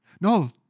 No